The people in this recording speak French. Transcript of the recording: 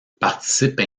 participe